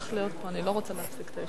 לא שומעים אותך.